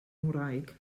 ngwraig